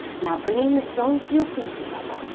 now bringing the soles of your feet together,